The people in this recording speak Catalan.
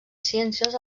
ciències